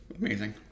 amazing